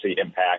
impact